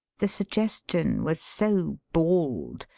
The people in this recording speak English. the suggestion was so bald,